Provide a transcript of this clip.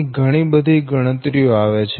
અહી ઘણી બધી ગણતરીઓ આવે છે